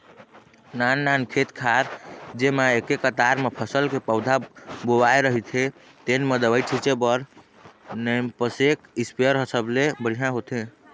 नाननान खेत खार जेमा एके कतार म फसल के पउधा बोवाए रहिथे तेन म दवई छिंचे बर नैपसेक इस्पेयर ह सबले बड़िहा होथे